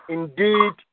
Indeed